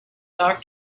for